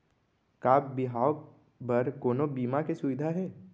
का बिहाव बर कोनो बीमा के सुविधा हे?